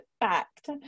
fact